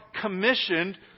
commissioned